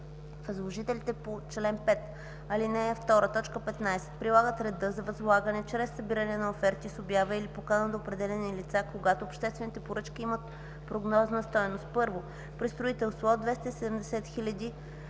Възложителите по чл. 5, ал. 2, т. 15 прилагат реда за възлагане чрез събиране на оферти с обява или покана до определени лица, когато обществените поръчки имат прогнозна стойност: 1. при строителство – от 270 000